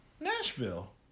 Nashville